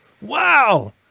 Wow